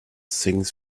things